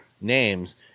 names